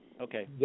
Okay